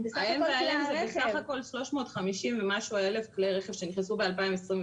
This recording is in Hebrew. בסך הכול 350,000 ומשהו כלי רכב שנכנסו ב-2021.